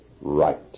right